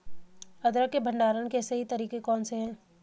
अदरक के भंडारण के सही तरीके कौन से हैं?